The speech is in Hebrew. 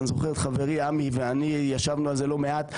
אני זוכר את חברי עמי ואני ישבנו על זה לא מעט,